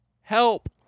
help